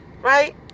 right